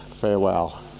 Farewell